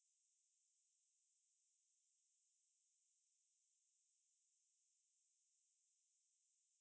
oh the silent mode is just the there is this tab at the side then when you pull it down it will automatically go to silent mode